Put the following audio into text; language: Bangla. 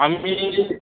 আমি